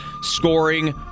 scoring